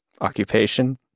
Occupation